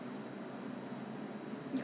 I really don't ask what's the ingredient